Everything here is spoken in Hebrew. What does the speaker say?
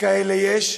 כאלה יש,